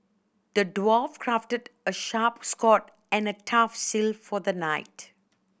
the dwarf crafted a sharp sword and a tough shield for the knight